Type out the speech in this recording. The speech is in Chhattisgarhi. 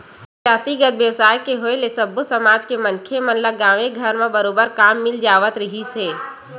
जातिगत बेवसाय के होय ले सब्बो समाज के मनखे मन ल गाँवे घर म बरोबर काम मिल जावत रिहिस हे